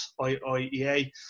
IIEA